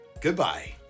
Goodbye